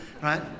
right